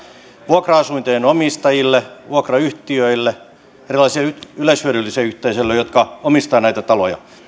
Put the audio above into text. vuokra asuntojen omistajille vuokrayhtiöille erilaisille yleishyödyllisille yhteisöille jotka omistavat näitä taloja